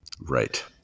Right